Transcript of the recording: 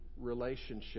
relationship